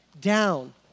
down